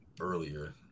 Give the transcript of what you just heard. earlier